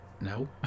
No